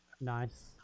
Nice